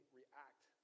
react